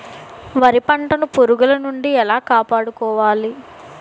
వరి పంటను పురుగుల నుండి ఎలా కాపాడుకోవాలి?